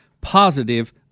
positive